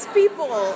people